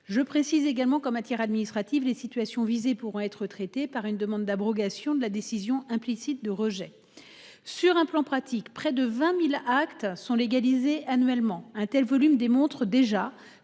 Je précise également qu'en matière administrative les situations visées pourront être traitées par une demande d'abrogation de la décision implicite de rejet. Sur un plan pratique, près de 20.000 actes sont légalisés annuellement un tel volume démontre déjà